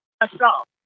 assault